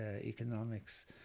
economics